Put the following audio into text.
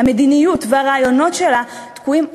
המדיניות והרעיונות שלה תקועים עמוק,